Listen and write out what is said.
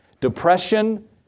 depression